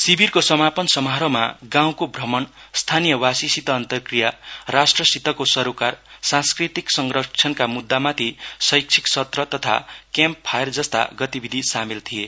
शिविरको समापन समारोहमा गाउँहरुको भ्रमण स्थानीय वासीसित अन्तरक्रिया राष्ट्रसितको सरोकार सांस्कृतिक संरक्षणका मुद्दामाथि शैक्षिक सत्र तथा क्याम्प फायर जस्ता गतिविधि सामेल थिए